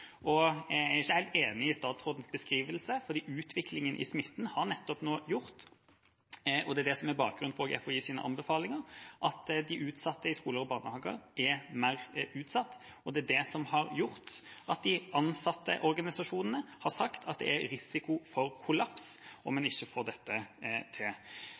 Jeg er ikke helt enig i statsrådens beskrivelse, for utviklingen i smitten har nettopp gjort – og det er det som er bakgrunnen for FHIs anbefalinger – at de ansatte i skoler og barnehager er mer utsatt, og det er det som har gjort at ansattorganisasjonene har sagt at det er risiko for kollaps om man ikke får dette til.